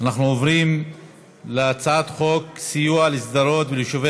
אנחנו עוברים להצעת חוק סיוע לשדרות וליישובי